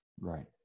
right